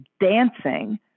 dancing